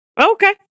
Okay